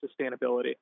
sustainability